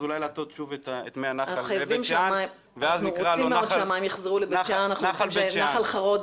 אולי להטות שוב את מי הנחל לבית שאן ואז נקרא לו נחל בית שאן.